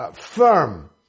firm